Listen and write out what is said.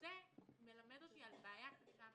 זה מלמד אותי על בעיה קשה מאוד.